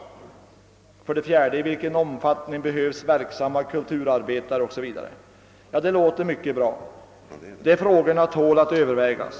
4) I vilken omfattning behövs verksamma kulturarbetare under skilda förutsättningar och utvecklingsförlopp?» Ja, detta låter mycket bra. Dessa frågor tål att övervägas.